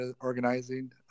organizing